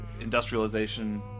industrialization